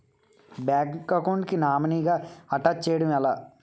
Bank account కి nominee గా attach చేయడం ఎలా?